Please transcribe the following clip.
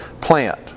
plant